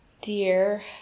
Dear